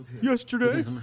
Yesterday